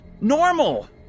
Normal